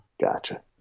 Gotcha